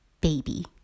baby